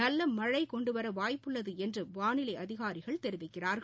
நல்லமழையைக் இது கொண்டுவரவாய்ப்புள்ளதுஎன்றுவாளிலைஅதிகாரிகள் தெரிவிக்கிறார்கள்